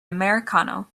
americano